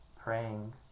praying